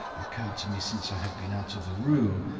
occurred to me since i have been out of the room,